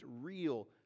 real